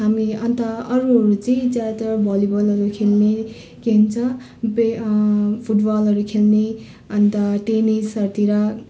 हामी अन्त अरूहरू चाहिँ ज्यादातर भलिबलहरू खेल्ने के भन्छे बे फुटबलहरू खेल्ने अन्त टेनिसहरूतिर